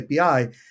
API